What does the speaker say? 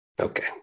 Okay